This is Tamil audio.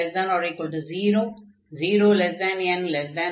n≤0 0n1 மற்றும் n≥1